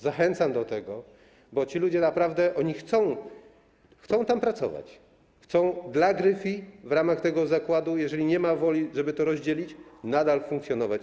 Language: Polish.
Zachęcam do tego, bo ci ludzie naprawdę chcą tam pracować, chcą pracować dla Gryfii, w ramach tego zakładu - jeżeli nie ma woli, żeby to rozdzielić - nadal funkcjonować.